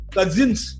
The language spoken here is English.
Cousins